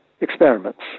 experiments